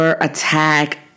attack